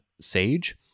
Sage